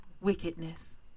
wickedness